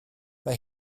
mae